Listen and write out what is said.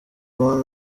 one